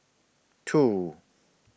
two